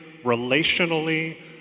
relationally